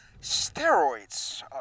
steroids